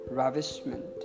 ravishment